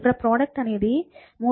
ఇక్కడ ప్రోడక్ట్ అనేది 3x210x8 మాత్రమే